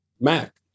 Mac